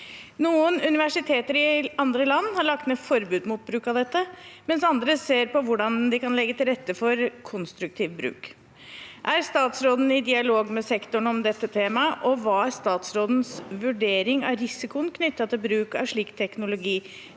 Noen universiteter i andre land har lagt ned forbud mot bruk av dette, mens andre ser på hvordan de kan legge til rette for konstruktiv bruk. Er statsråden i dialog med sektoren om dette temaet, og hva er statsrådens vurdering av risikoen knyttet til bruk av slik teknologi